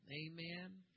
Amen